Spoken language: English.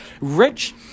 rich